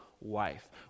wife